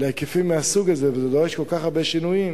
להיקפים מהסוג הזה, וזה דורש כל כך הרבה שינויים